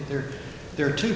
there there are two